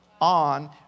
on